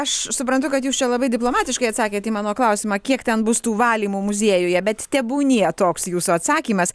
aš suprantu kad jūs čia labai diplomatiškai atsakėt į mano klausimą kiek ten bus tų valymų muziejuje bet tebūnie toks jūsų atsakymas